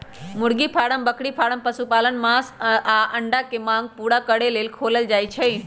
मुर्गी फारम बकरी फारम पशुपालन मास आऽ अंडा के मांग पुरा करे लेल खोलल जाइ छइ